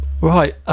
Right